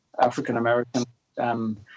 African-American